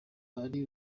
ari